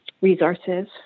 resources